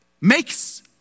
makes